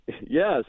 Yes